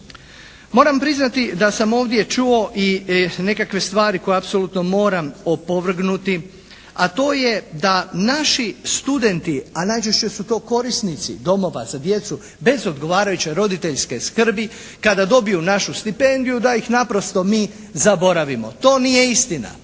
Moram priznati da sam ovdje čuo i nekakve stvari koje apsolutno mora opovrgnuti a to je da naši studenti a najčešće su to korisnici domova za djecu bez odgovarajuće roditeljske skrbi kada dobiju našu stipendiju da ih naprosto mi zaboravimo. To nije istina.